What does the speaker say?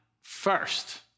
first